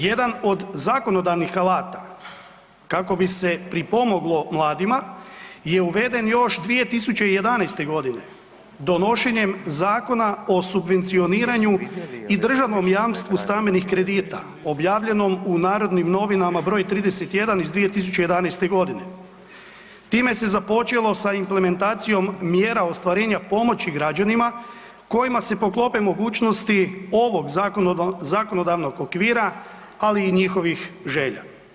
Jedan od zakonodavnih alata kako bi se pripomoglo mladima je uveden još 2011.g. donošenjem Zakona o subvencioniranju i državnom jamstvu stambenih kredita objavljenom u Narodnim novinama br. 31. iz 2011.g. Time se započelo sa implementacijom mjera ostvarenja pomoći građanima kojima se poklope mogućnosti ovog zakonodavnog okvira, ali i njihovih želja.